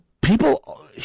People